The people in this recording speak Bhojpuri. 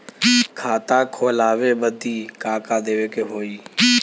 खाता खोलावे बदी का का देवे के होइ?